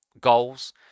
goals